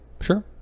Sure